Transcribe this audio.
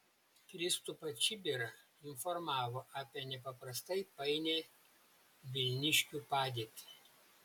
kristupą čibirą informavo apie nepaprastai painią vilniškių padėtį